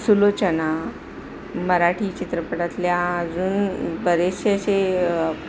सुलोचना मराठी चित्रपटातल्या अजून बरेचसे असे